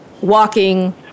walking